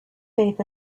faith